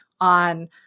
on